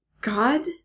God